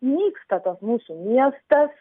nyksta tas mūsų miestas